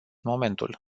momentul